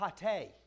Pate